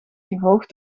gevolgd